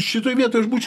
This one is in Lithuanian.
šitoj vietoj aš būčiau